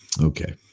Okay